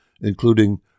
including